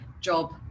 job